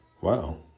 wow